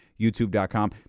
YouTube.com